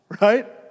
right